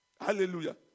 Hallelujah